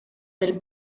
del